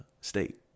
state